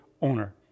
owner